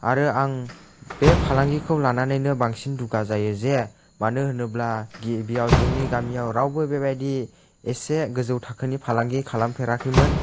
आरो आं बे फालांगिखौ लानानैनो बांसिन दुगा जायो जे मानो होनोब्ला गिबियाव जोंनि गामियाव रावबो बेबायदि एसे गोजौ थाखोनि फालांगि खालामफेराखैमोन